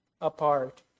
apart